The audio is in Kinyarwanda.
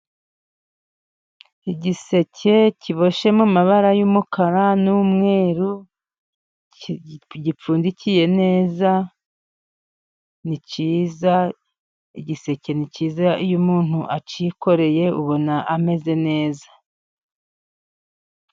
Igiseke kiboshye mu mabara y'umukara n'umweru, ki gipfundikiye neza ni cyiza, igiseke ni cyiza iyo umuntu acyikoreye ubona ameze neza.